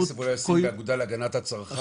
--- הכסף אולי יספיק לאגודה להגנת הצרכן,